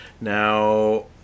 Now